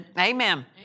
Amen